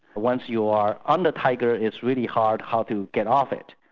once you are on the tiger it's really hard how to get off it.